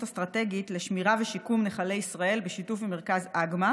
אסטרטגית לשמירה ולשיקום של נחלי ישראל בשיתוף עם מרכז אגמא